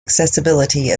accessibility